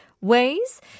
ways